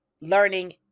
learning